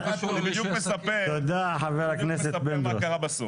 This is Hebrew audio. בדיוק מספר מה קרה בסוף.